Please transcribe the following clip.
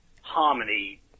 harmony